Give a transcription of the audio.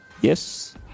Yes